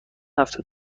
هفته